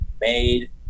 made